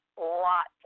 lots